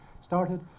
started